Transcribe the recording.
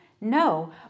No